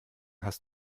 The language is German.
hast